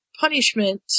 Punishment